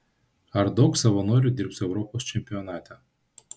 ar daug savanorių dirbs europos čempionate